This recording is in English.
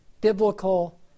biblical